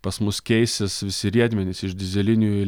pas mus keisis visi riedmenys iš dyzelinių į